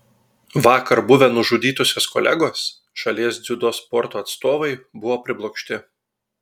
vakar buvę nužudytosios kolegos šalies dziudo sporto atstovai buvo priblokšti